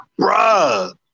Bruh